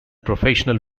professional